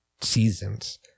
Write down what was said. seasons